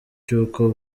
cy’uko